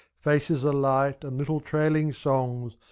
faces alight and little trailing songs.